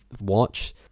watch